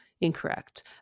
incorrect